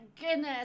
goodness